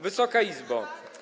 Wysoka Izbo!